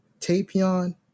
Tapion